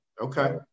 Okay